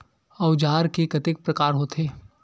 औजार के कतेक प्रकार होथे?